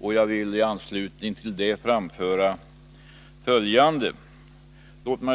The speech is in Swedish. och jag vill i anslutning till det framföra följande.